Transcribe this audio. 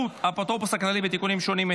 האפוטרופוס הכללי ותיקונים שונים),